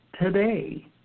today